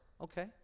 Okay